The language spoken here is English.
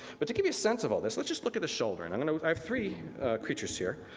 but to give you a sense of all this, let's just look at the shoulder. and i mean and i have three creatures here.